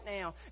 now